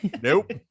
Nope